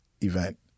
event